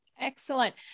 excellent